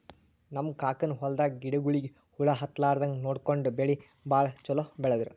ನಮ್ ಕಾಕನ್ ಹೊಲದಾಗ ಗಿಡಗೋಳಿಗಿ ಹುಳ ಹತ್ತಲಾರದಂಗ್ ನೋಡ್ಕೊಂಡು ಬೆಳಿ ಭಾಳ್ ಛಲೋ ಬೆಳದ್ರು